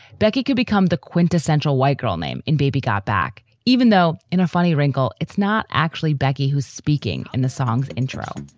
becky could become the quintessential white girl name in baby got back, even though in a funny wrinkle, it's not actually becky who's speaking in the song's intro,